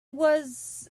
was